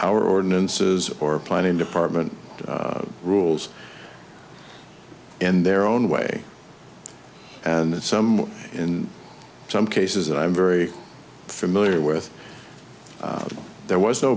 our ordinances or planning department rules in their own way and some in some cases that i'm very familiar with there was no